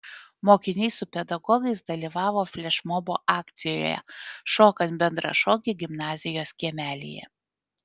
mokiniai su pedagogais dalyvavo flešmobo akcijoje šokant bendrą šokį gimnazijos kiemelyje